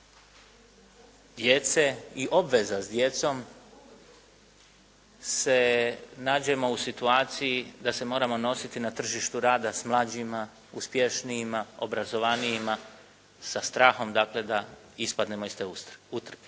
djece i obveza s djecom se nađemo u situaciji da se moramo nositi na tržištu rada s mlađima, uspješnijima, obrazovanijima sa strahom dakle da ispadnemo iz te utrke.